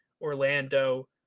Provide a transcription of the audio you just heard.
Orlando